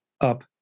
up